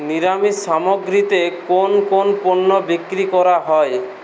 নিরামিষ সামগ্রীতে কোন কোন পণ্য বিক্রি করা হয়